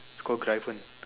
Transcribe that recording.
it's called Gryphon